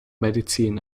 medizin